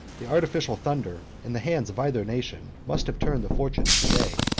the artificial thunder, in the hands of either nation, must have turned the fortune of the day.